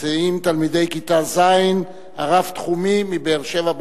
נמצאים תלמידי כיתה ז' מבית-הספר הרב-תחומי בבאר-שבע.